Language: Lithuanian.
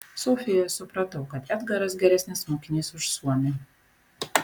sofijoje supratau kad edgaras geresnis mokinys už suomį